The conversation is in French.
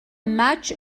match